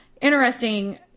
Interesting